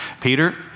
Peter